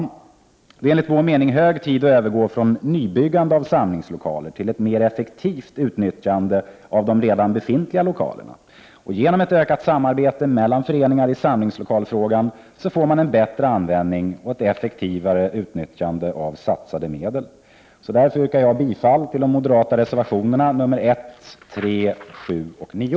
Det är enligt vår mening hög tid att övergå från nybyggande av samlingslokaler till ett mer effektivt utnyttjande av de redan befintliga lokalerna. Genom ett ökat samarbete mellan föreningar i samlingslokalfrågan får man en bättre användning och ett effektivare utnyttjande av satsade medel. Jag yrkar därför bifall till de moderata reservationerna nr 1, 3, 7 och 9.